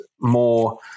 more